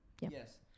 Yes